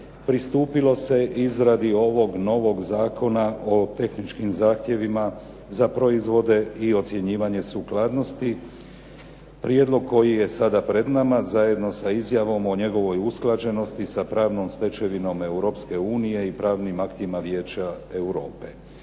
Pristupilo se izradi ovog novog Zakona o tehničkim zahtjevima za proizvode i ocjenjivanje sukladnosti, prijedlog koji je sada pred nama zajedno sa izjavom o njegovoj usklađenosti sa pravnom stečevinom Europske unije i pravnim aktima Vijeća Europe.